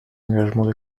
engagements